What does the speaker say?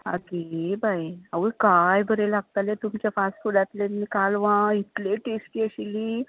आगे बाये आवय काय बरे लागताले तुमच्या फास्टफुडांतलीं कालवां इतले टॅस्टी आशिल्लीं